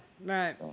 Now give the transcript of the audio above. right